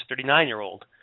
39-year-old